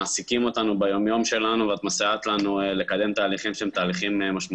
מעסיקים אותנו ביום-יום שלנו ואת מסייעת לנו לקדם תהליכים משמעותיים.